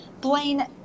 Blaine